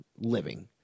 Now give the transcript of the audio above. living